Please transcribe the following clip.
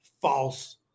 false